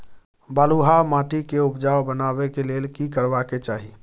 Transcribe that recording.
बालुहा माटी के उपजाउ बनाबै के लेल की करबा के चाही?